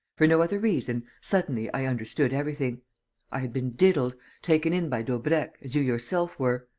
for no other reason, suddenly, i understood everything i had been diddled, taken in by daubrecq, as you yourself were.